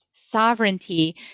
Sovereignty